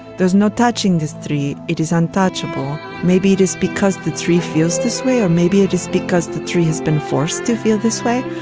there is no touching this tree it is untouchable. maybe it is because the tree feels this way. or maybe it is because the tree has been forced to feel this way.